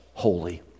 holy